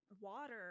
water